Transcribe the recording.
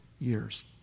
years